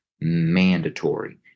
mandatory